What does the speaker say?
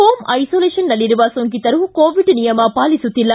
home ಐಸೋಲೇಷನ್ನಲ್ಲಿರುವ ಸೋಂಕಿತರು Covid ನಿಯಮ ಪಾಲಿಸುತ್ತಿಲ್ಲ